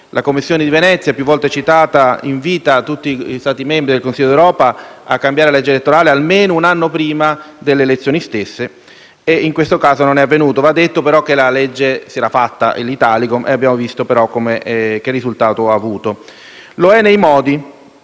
La Commissione di Venezia, più volte citata, invita tutti gli Stati membri del Consiglio d'Europa a cambiare la legge elettorale almeno un anno prima delle elezioni stesse e in questo caso ciò non è avvenuto. Va detto però che una legge elettorale era stata approvata, ovvero l'Italicum, e abbiamo visto i risultati. Lo è nei modi